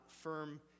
firm